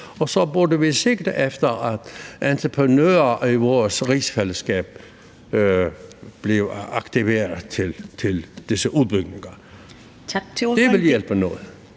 og så burde vi sigte efter, at entreprenører i vores rigsfællesskab blev aktiveret til disse udbygninger. Det ville hjælpe noget.